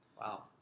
Wow